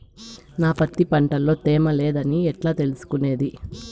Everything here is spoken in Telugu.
నా పత్తి పంట లో తేమ లేదని ఎట్లా తెలుసుకునేది?